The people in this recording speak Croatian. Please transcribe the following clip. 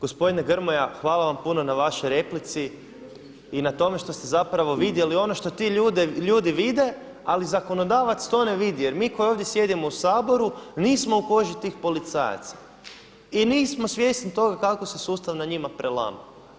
Gospodine Grmoja, hvala vam puno na vašoj replici i na tome što ste vidjeli ono što ti ljudi vide, ali zakonodavac to ne vidi jer mi koji ovdje sjedimo u Saboru nismo u koži tih policajaca i nismo svjesni toga kako se sustav na njima prelama.